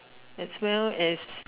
as well as